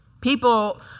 People